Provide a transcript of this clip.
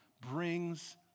brings